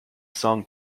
song